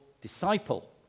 disciple